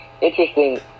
Interesting